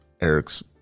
Eric's